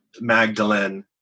Magdalene